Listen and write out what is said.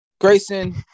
Grayson